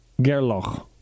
gerloch